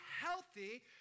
healthy